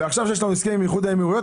ועכשיו שיש לנו הסכם עם איחוד האמירויות,